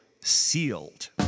sealed